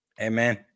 Amen